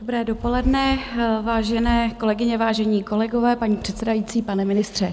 Dobré dopoledne, vážené kolegyně, vážení kolegové, paní předsedající, pane ministře.